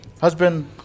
husband